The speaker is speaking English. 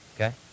okay